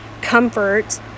comfort